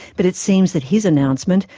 but it seems that his announcement,